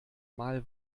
mal